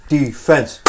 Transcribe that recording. Defense